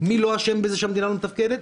מי לא אשם בזה שהמדינה לא מתפקדת,